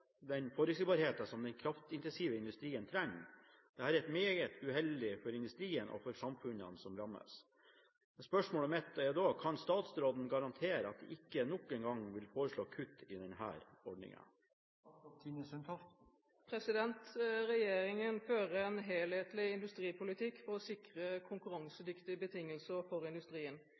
den forutsigbarhet som den kraftintensive industrien trenger. Dette er meget uheldig for industrien og for samfunnene som rammes. Kan statsråden garantere at de ikke nok en gang vil foreslå kutt i denne ordningen?» Regjeringen fører en helhetlig industripolitikk for å sikre konkurransedyktige betingelser for industrien.